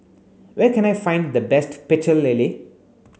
where can I find the best Pecel Lele